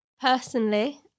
Personally